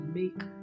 make